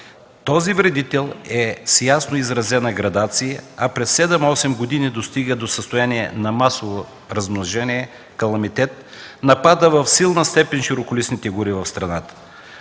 Този вредител е с ясно изразена градация, а през 7-8 години достига до състояние на масово размножение – каламитет. Напада в силна степен широколистните гори в страната.